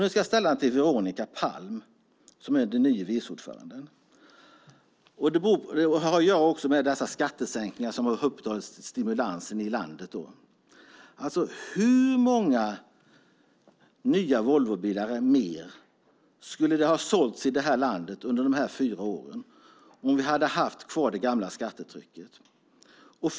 Nu ska jag ställa den till Veronica Palm, som är den nya vice ordföranden. Den har att göra med dessa skattesänkningar som har hållit stimulansen i landet uppe. Hur många fler nya Volvobilar skulle ha sålts i det här landet under dessa fyra år om vi hade haft kvar det gamla skattetrycket?